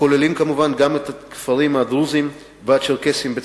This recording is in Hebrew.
הכוללים כמובן את הכפרים הדרוזיים והצ'רקסיים בצפון.